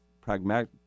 pragmatic